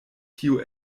tio